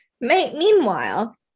Meanwhile